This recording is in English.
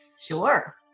Sure